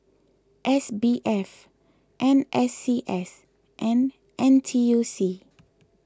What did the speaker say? S B F N S C S and N T U C